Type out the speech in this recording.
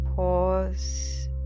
Pause